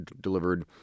delivered